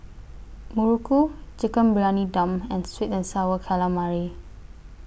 Muruku Chicken Briyani Dum and Sweet and Sour Calamari